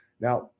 Now